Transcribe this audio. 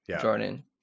Jordan